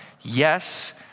Yes